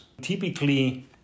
Typically